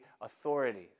authorities